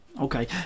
okay